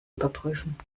überprüfen